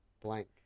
blank